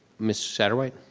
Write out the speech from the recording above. miss satterwhite?